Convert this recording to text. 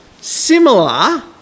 similar